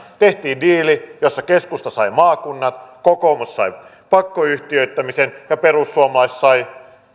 tehtiin diili jossa keskusta sai maakunnat kokoomus sai pakkoyhtiöittämisen ja perussuomalaiset sai